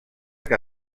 que